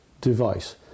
device